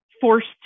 forced